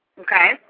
Okay